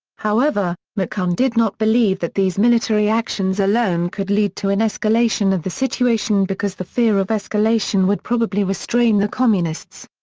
however, mccone did not believe that these military actions alone could lead to an escalation of the situation because the fear of escalation would probably restrain the communists.